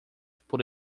por